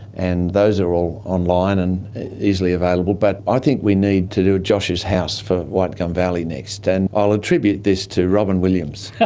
and those are all online and easily available, but i think we need to a josh's house for white gum valley next, and i'll attribute this to robyn williams. yeah